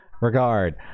regard